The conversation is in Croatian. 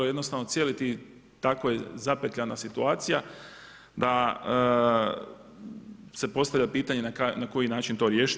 Jednostavno cijeli ti, tako je zapetljana situacija, da se postavlja pitanje na koji način to riješiti.